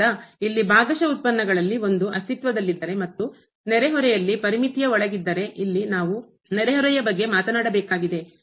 ಆದ್ದರಿಂದ ಇಲ್ಲಿ ಭಾಗಶಃ ಉತ್ಪನ್ನಗಳಲ್ಲಿ ಒಂದು ಅಸ್ತಿತ್ವದಲ್ಲಿದ್ದರೆ ಮತ್ತು ನೆರೆಹೊರೆಯಲ್ಲಿ ಪರಿಮಿತಿಯ ಒಳಗಿದ್ದರೆ ಬೌಂಡೆಡ್ ಇಲ್ಲಿ ನಾವು ನೆರೆಹೊರೆಯ ಬಗ್ಗೆ ಮಾತನಾಡಬೇಕಾಗಿದೆ